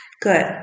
Good